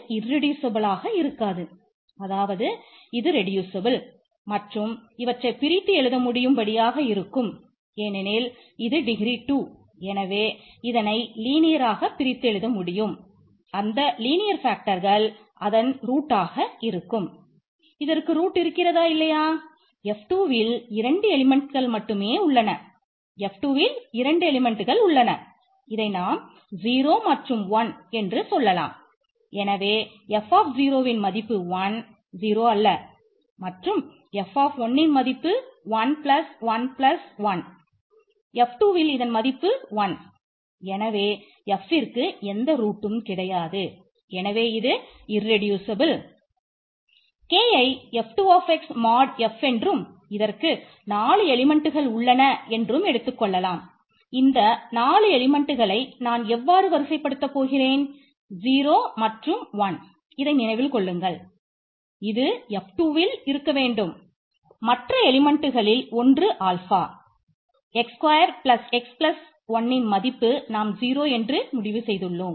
Kயை F2x மாடு 1ன் மதிப்பு நாம் 0 என்று முடிவு செய்துள்ளோம்